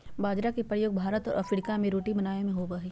बाजरा के प्रयोग भारत और अफ्रीका में रोटी बनाबे में होबो हइ